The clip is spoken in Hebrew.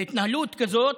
בהתנהלות כזאת